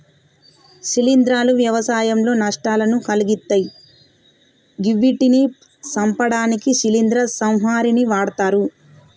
శిలీంద్రాలు వ్యవసాయంలో నష్టాలను కలిగిత్తయ్ గివ్విటిని సంపడానికి శిలీంద్ర సంహారిణిని వాడ్తరు